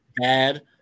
bad